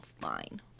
Fine